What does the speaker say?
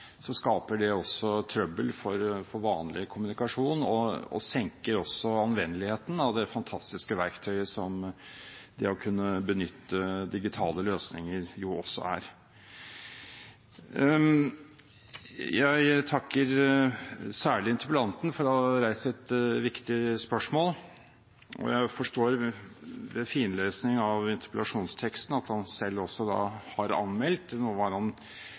skaper det trøbbel for vanlig kommunikasjon og senker anvendeligheten av det fantastiske verktøyet som det å kunne benytte digitale løsninger også er. Jeg takker særlig interpellanten for å ha reist et viktig spørsmål. Jeg forstår ved finlesning av interpellasjonsteksten at han selv også har anmeldt.